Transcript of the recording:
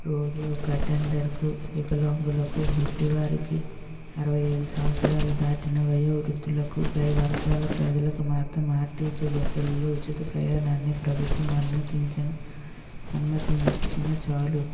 రోగి ఒక టెండర్ కు వికలాంగులకు గుడ్డివారికి అరవై ఐదు సంవత్సరాలు దాటిన వయోవృద్ధులకు పై వర్గాల ప్రజలకు మాత్రం ఆర్టీసీ బస్సు లలో ఉచిత ప్రయాణాన్ని ప్రభుత్వం అనుమతించిన అనుమతించిన చాలు